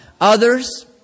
Others